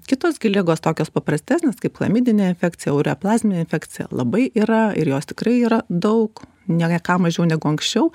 kitos gi ligos tokios paprastesnės kaip chlamidinė infekcija aureplazminė infekcija labai yra ir jos tikrai yra daug ne ką mažiau negu anksčiau